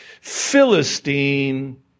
Philistine